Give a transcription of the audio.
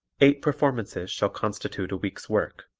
eight performances shall constitute a week's work.